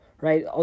right